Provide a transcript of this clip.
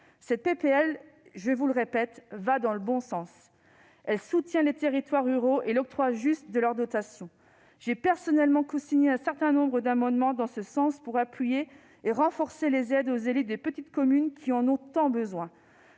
de loi, je le répète, va dans le bon sens. Elle soutient les territoires ruraux et le juste octroi de leurs dotations. J'ai personnellement cosigné un certain nombre d'amendements visant à appuyer et à renforcer les aides aux élus des petites communes, qui en ont tant besoin.